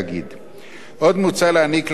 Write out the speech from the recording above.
עוד מוצע להעניק לממונה על ההיתרים את